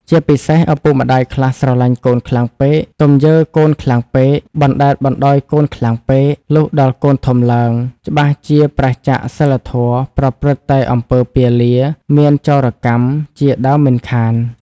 ជាពិសេស ឪពុកម្ដាយខ្លះស្រលាញ់កូនខ្លាំងពេកទំយើកូនខ្លាំងពេក បណ្ដែតបណ្ដោយកូនខ្លាំងពេក លុះដល់កូនធំឡើង ច្បាស់ជាប្រាសចាកសីលធម៌ ប្រព្រឹត្តតែអំពើពាលា មានចោរកម្ម ជាដើមមិនខាន ។